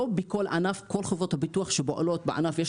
לא בכל ענף כל חברות הביטוח שפועלות בענף ויש